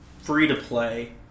free-to-play